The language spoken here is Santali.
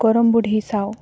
ᱜᱚᱲᱚᱢ ᱵᱩᱰᱦᱤ ᱥᱟᱶ